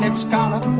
and scholar.